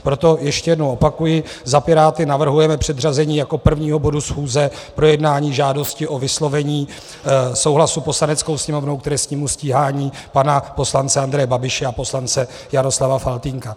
Proto ještě jednou opakuji, za Piráty navrhujeme předřazení jako prvního bodu schůze projednání žádosti o vyslovení souhlasu Poslaneckou sněmovnou k trestnímu stíhání pana poslance Andreje Babiše a poslance Jaroslava Faltýnka.